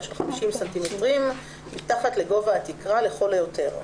של 50 ס"מ מתחת לגובה התקרה לכל היותר,